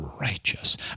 righteous